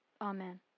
Amen